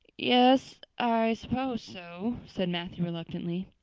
yes, i suppose so, said matthew reluctantly.